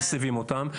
אנשים מסבים אותם.